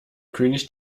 könig